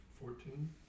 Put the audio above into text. Fourteen